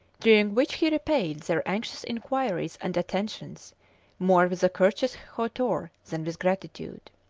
during which he repaid their anxious inquiries and attentions more with a courteous hauteur than with gratitude.